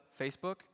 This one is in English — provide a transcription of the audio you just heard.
Facebook